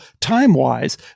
time-wise